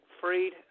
freed